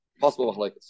possible